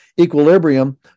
equilibrium